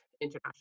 international